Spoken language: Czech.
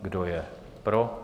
Kdo je pro?